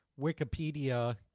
Wikipedia